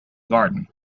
garden